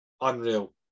Unreal